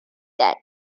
that